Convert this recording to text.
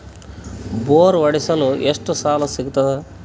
Bore ಹೊಡೆಸಲು ಎಷ್ಟು ಸಾಲ ಸಿಗತದ?